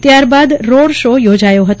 ત્યાર બાદ road show યોજાયો હતો